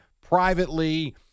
privately